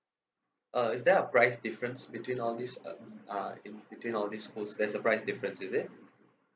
uh is there a price difference between all these uh uh in between all these schools there's a price difference is it